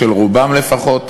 של רובם לפחות,